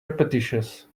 repetitious